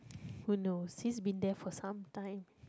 who knows he's been there for some time